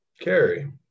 Carrie